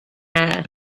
hair